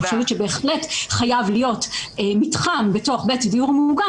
אני חושבת שבהחלט חייב להיות מתחם בתוך בית דיור מוגן